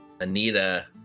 Anita